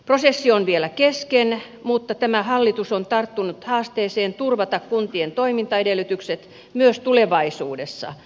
prosessi on vielä kesken mutta tämä hallitus on tarttunut haasteeseen turvata kuntien toimintaedellytykset myös tulevaisuudessa